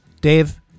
Dave